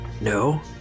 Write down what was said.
No